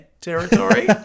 territory